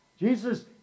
Jesus